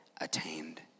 attained